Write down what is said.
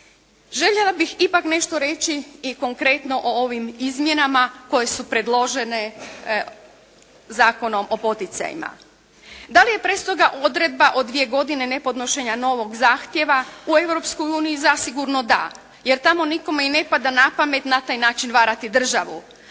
Željela bih ipak nešto reći i konkretno o ovim izmjenama koje su predložene Zakonom o poticajima. Da li je prestroga odredba o dvije godine nepodnošenja novog zahtjeva? U Europskoj uniji zasigurno da. Jer tamo nikome i ne pada napamet na taj način varati državu.